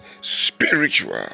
spiritual